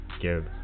give